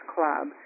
Club